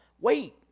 Wait